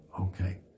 Okay